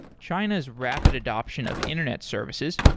china's rapid adoption of internet services,